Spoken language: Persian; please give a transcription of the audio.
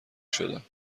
شدم